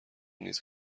نیست